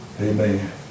Amen